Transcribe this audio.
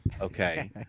Okay